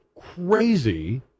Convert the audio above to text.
crazy